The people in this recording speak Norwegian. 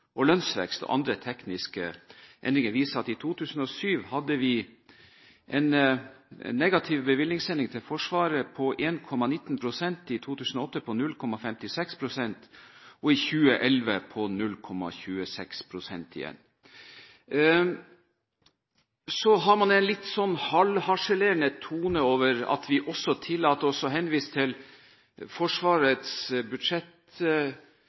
viser at i 2007 hadde vi en negativ bevilgningsendring til forsvaret på 1,19 pst., i 2008 på 0,56 pst. og i 2011 på 0,26 pst. Så har man en litt halvharselerende tone overfor at vi også tillater oss å henvise til